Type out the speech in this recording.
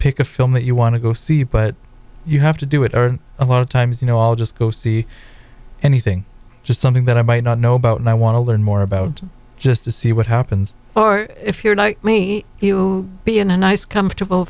pick a film that you want to go see but you have to do it or a lot of times you know i'll just go see anything just something that i might not know about and i want to learn more about just to see what happens or if you're like me you be in a nice comfortable